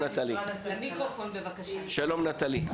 אני